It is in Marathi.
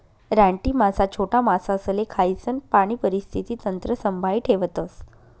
रानटी मासा छोटा मासासले खायीसन पाणी परिस्थिती तंत्र संभाई ठेवतस